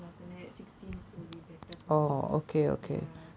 நா சொன்னே:naa sonnae sixteenth will be better for me